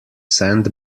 sent